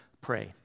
pray